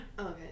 Okay